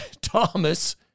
Thomas